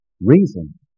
reason